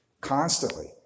constantly